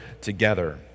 together